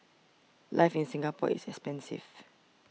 life in Singapore is expensive